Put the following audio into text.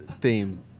theme